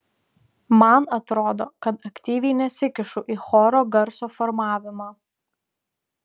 man atrodo kad aktyviai nesikišu į choro garso formavimą